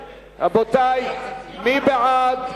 רבותי, מי בעד?